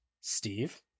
Steve